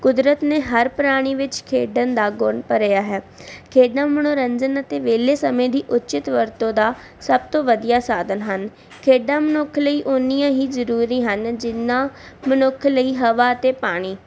ਕੁਦਰਤ ਨੇ ਹਰ ਪ੍ਰਾਣੀ ਵਿੱਚ ਖੇਡਣ ਦਾ ਗੁਣ ਭਰਿਆ ਹੈ ਖੇਡਾਂ ਮਨੋਰੰਜਨ ਅਤੇ ਵੇਹਲੇ ਸਮੇਂ ਦੀ ਉਚਿਤ ਵਰਤੋਂ ਦਾ ਸਭ ਤੋਂ ਵਧੀਆ ਸਾਧਨ ਹਨ ਖੇਡਾਂ ਮਨੁੱਖ ਲਈ ਓਨੀਆਂ ਹੀ ਜ਼ਰੂਰੀ ਹਨ ਜਿੰਨਾ ਮਨੁੱਖ ਲਈ ਹਵਾ ਅਤੇ ਪਾਣੀ